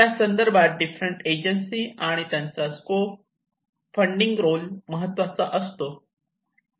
त्यासंदर्भात different agency आणि त्यांचा स्कोप फंडिंग रोल महत्त्वाचा असतो